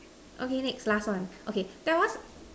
okay next last one okay tell us